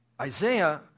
Isaiah